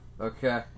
okay